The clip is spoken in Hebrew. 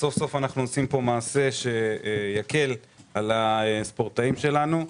סוף-סוף אנו עושים פה מעשה שיקל על הספורטאים שלנו.